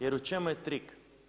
Jer u čemu je trik?